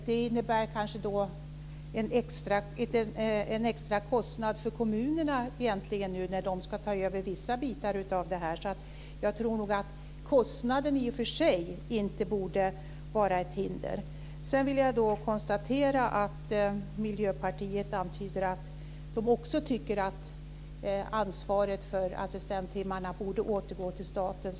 Det innebär kanske en extra kostnad för kommunerna, när de nu ska ta över vissa bitar av det här, så jag tror nog att kostnaden i och för sig inte borde vara ett hinder. Sedan kan jag konstatera att Miljöpartiet antyder att man också tycker att ansvaret för assistenttimmarna borde återgå till staten.